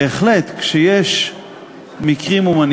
בהחלט, חבר הכנסת, יושב-ראש ועדת